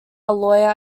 lawyer